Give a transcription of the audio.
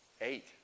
Eight